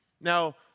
Now